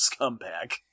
scumbag